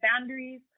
boundaries